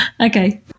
Okay